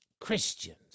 Christians